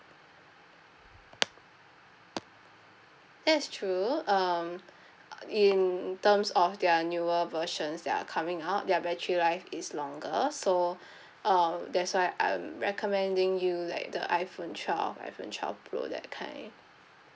that's true um in terms of their newer versions that are coming out their battery life is longer so um that's why I'm recommending you like the iphone twelve iphone twelve pro that kind